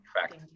fact